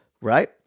right